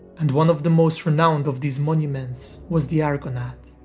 and one of the most renowned of these monuments was the argonath,